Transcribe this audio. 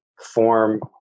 form